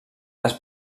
les